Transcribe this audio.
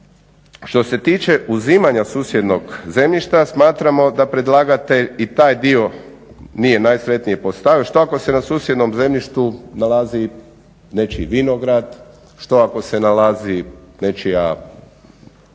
Što se tiče uzimanja susjednog zemljišta smatramo da predlagatelj i taj dio nije najsretnije postavio. Što ako se na susjednom zemljištu nalazi nečiji vinograd, što ako se nalazi nečija